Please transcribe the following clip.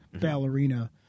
ballerina